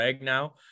now